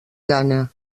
ghana